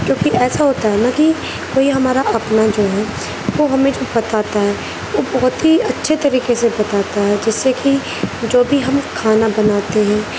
کیونکہ ایسا ہوتا ہے نا کہ کوئی ہمارا اپنا جو ہے وہ ہمیں جو بتاتا ہے وہ بہت ہی اچھے طریقے سے بتاتا ہے جیسے کہ جو بھی ہم کھانا بناتے ہیں